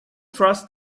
trust